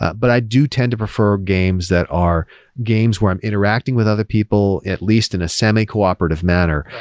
but i do tend to prefer games that are games when interacting with other people, at least in a semi-cooperative manner,